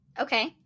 Okay